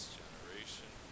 generation